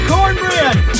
Cornbread